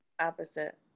Opposite